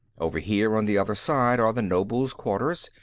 over here, on the other side, are the nobles' quarters.